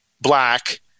black